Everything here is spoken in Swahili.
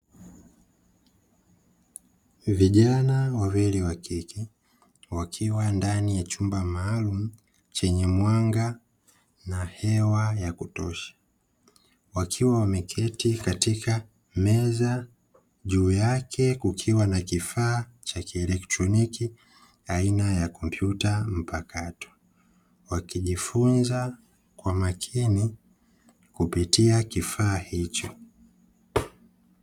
Vijana wawili wa kike wakiwa ndani ya chumba maalumu chenye mwanga na hewa ya kutosha, wakiwa wameketi katika meza juu yake kukiwa na kifaa cha kielektroniki aina ya kompyuta mpakato, wakijifunza kwa makini kupitia kifaa hicho.